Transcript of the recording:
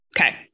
Okay